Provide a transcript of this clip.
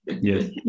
Yes